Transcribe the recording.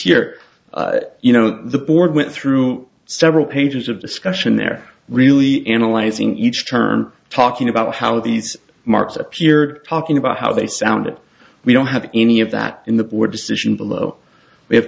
here you know the board went through several pages of discussion there really analyzing each term talking about how these marks appeared talking about how they sounded we don't have any of that in the board decision below we have